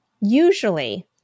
usually